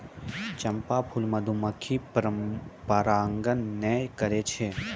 चंपा फूल मधुमक्खी परागण नै करै छै